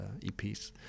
eps